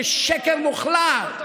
זה שקר מוחלט.